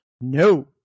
No